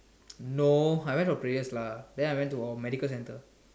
no I went for prayers lah then I went to a medical centre